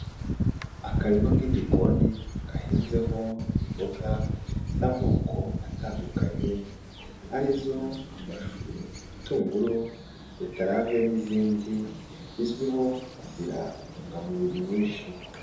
Akarima k'igikoni gahinzeho imboga z'amoko atandukanye arizo; amashu, ibitunguru, beterave, n'izindi bizwiho kugira intungamubiri nyinshi.